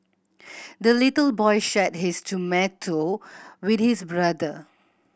the little boy shared his tomato with his brother